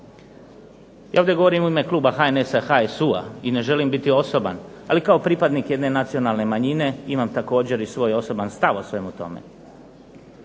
Ja ovdje govorim u ime kluba HNS-a, HSU-a i ne želim biti osoban. Ali kao pripadnik jedne nacionalne manjine imam također i svoj osoban stav o svemu tome.